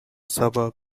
suburb